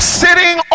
sitting